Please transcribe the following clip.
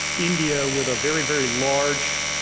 india, with a very, very large,